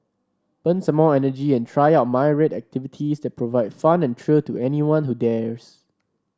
burn some more energy and try out activities that provide fun and thrill to anyone who dares